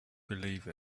believe